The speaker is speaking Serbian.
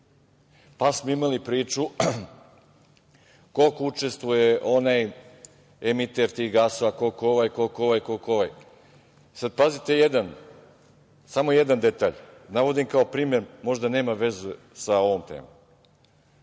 pa smo imali priču koliko učestvuje onaj emiter tih gasova, koliko ovaj, koliko onaj. Sad, pazite jedan, samo jedan detalj, navodim kao primer možda nema veze sa ovom temom,